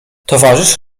towarzysz